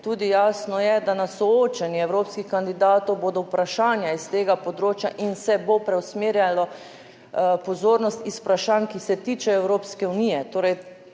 tudi jasno je, da na soočenjih evropskih kandidatov bodo vprašanja iz tega področja in se bo preusmerjalo pozornost iz vprašanj, ki se tičejo Evropske unije,